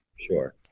sure